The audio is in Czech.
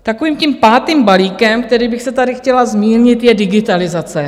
Takovým pátým balíkem, který bych tady chtěla zmínit, je digitalizace.